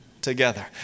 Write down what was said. together